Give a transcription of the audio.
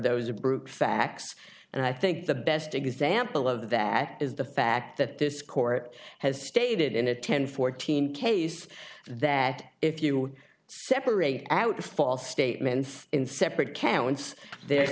those a brute facts and i think the best example of that is the fact that this court has stated in a ten fourteen case that if you separate out the false statements in separate counts there's